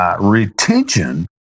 Retention